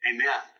Amen